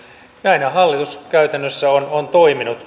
näinhän hallitus käytännössä on toiminut